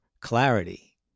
clarity